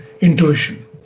Intuition